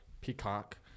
peacock